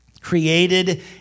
Created